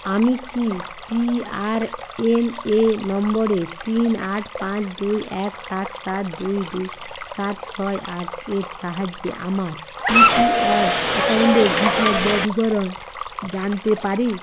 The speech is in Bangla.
আমি কি পিআরএনএ নম্বরে তিন আট পাঁচ দুই এক সাত সাত দুই দুই সাত ছয় আট এর সাহায্যে আমার ইপিওয়াই অ্যাকাউন্ডের বিশদ ব্যা বিবরণ জানতে পারি